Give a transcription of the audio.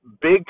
big